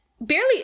barely